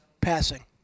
passing